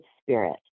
spirit